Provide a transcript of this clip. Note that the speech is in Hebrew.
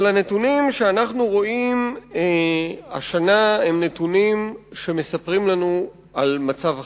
אבל הנתונים שאנחנו רואים השנה הם נתונים שמספרים לנו על מצב אחר.